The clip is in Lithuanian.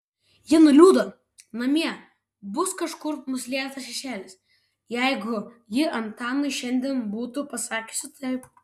ji nuliūdo namie bus kažkur nuslėptas šešėlis jeigu ji antanui šiandien būtų pasakiusi taip